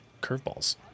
curveballs